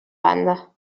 banda